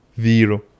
zero